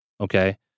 Okay